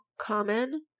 common